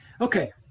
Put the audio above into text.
Okay